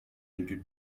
into